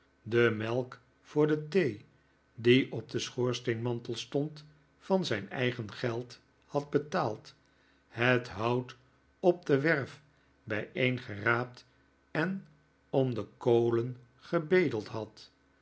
de melk voor de thee die op den schoorsteenmantel stond van zijn eigen geld had betaald het hout op de werf bijeengeraapt en om de kolen gebedeld had